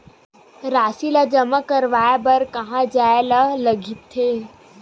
राशि ला जमा करवाय बर कहां जाए ला लगथे